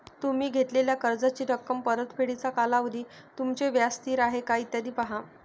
तुम्ही घेतलेल्या कर्जाची रक्कम, परतफेडीचा कालावधी, तुमचे व्याज स्थिर आहे का, इत्यादी पहा